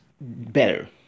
better